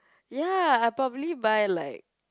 ya I'll probably buy like